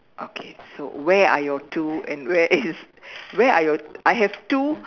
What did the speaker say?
okay so where are your two and where is where are your I have two